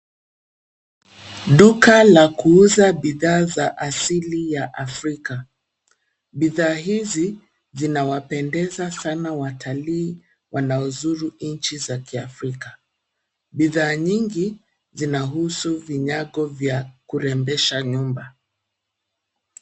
Duka la kuuza bidhaa za asili ya afrika, bidhaa hizi zinawapendeza sana watalii wanaozuru nchi za kiafrika. Bidhaa nyingi zinahusu vinyago vya kurembesha nyumba.